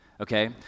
Okay